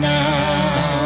now